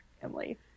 family